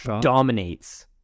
dominates